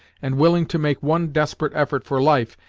and, willing to make one desperate effort for life,